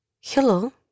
Hello